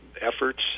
efforts